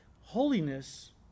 holiness